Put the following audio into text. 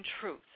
truth